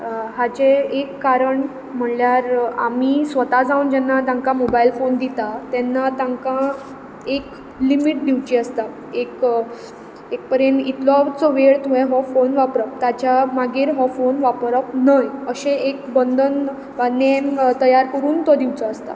हाजें एक कारण म्हळ्ळ्यार आमी स्वता जावन जेन्ना तांकां मोबायल फोन दिता तेन्ना तांकां एक लिमीट डिवची आसता एक एक परेन इतलोतसो वेळ तुंवें हो फोन वापरप ताच्या मागीर हो फोन वापरप न्हय अशें एक बंदन वा नेम तयार करून तो दिवचो आसता